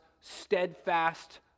steadfast